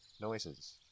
noises